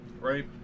Right